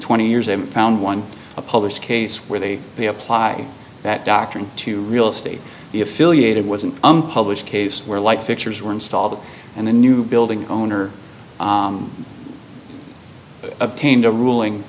twenty years i've found one published case where they may apply that doctrine to real estate the affiliated was an unpublished case where light fixtures were installed and the new building owner obtained a ruling